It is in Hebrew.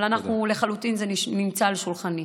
לחלוטין זה נמצא על שולחני.